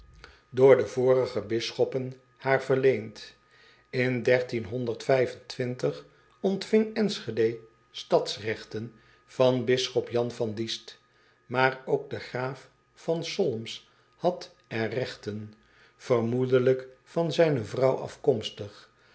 eel vorige bisschoppen haar verleend n ontving nschede stadsregten van bisschop an van iest aar ook de graaf van olms had er regten vermoedelijk van zijne vrouw afkomstig